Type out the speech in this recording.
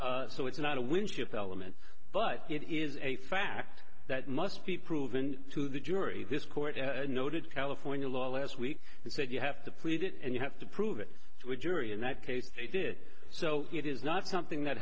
so it's not a winship element but it is a fact that must be proven to the jury this court noted california law last week and said you have to plead it and you have to prove it jury in that case they did so it is not something that